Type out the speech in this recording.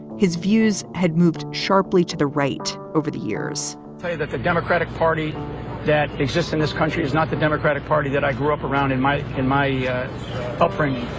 his views had moved sharply to the right over the years that the democratic party that exists in this country is not the democratic party that i grew up around in my in my yeah upbringing.